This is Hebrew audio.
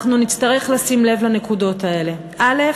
אנחנו נצטרך לשים לב לנקודות האלה: א.